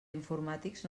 informàtics